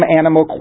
animal